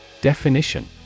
Definition